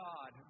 God